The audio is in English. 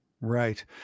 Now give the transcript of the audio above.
right